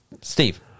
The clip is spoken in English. Steve